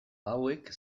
hauek